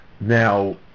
Now